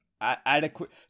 Adequate